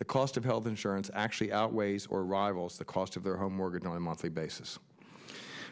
the cost of health insurance actually outweighs or rivals the cost of their home mortgage on a monthly basis